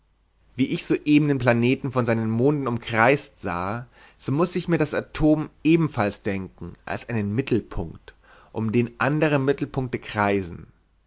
wie ich soeben den planeten von seinen monden umkreist sah so muß ich mir das atom ebenfalls denken als einen mittelpunkt um den andere mittelpunkte kreisen